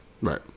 Right